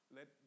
Let